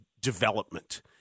development